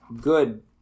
good